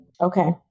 okay